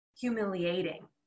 humiliating